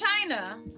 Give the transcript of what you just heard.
China